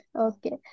Okay